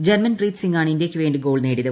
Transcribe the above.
German Preet സിങാണ് ്ഇന്ത്യയ്ക്കുവേണ്ടി ഗോൾ നേടിയത്